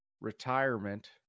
retirement